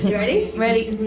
ready? ready!